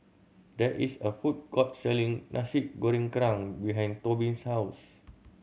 there is a food court selling Nasi Goreng Kerang behind Tobin's house